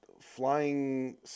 Flying